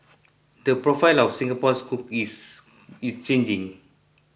the profile of Singapore's cooks is changing